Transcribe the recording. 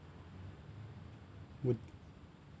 would